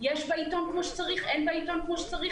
האם זה מופיע בעיתון כמו שצריך או שאין בעיתון כמו שצריך?